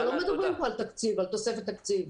אנחנו לא מדברים על תוספת תקציב.